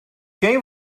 quem